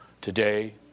today